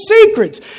secrets